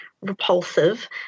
repulsive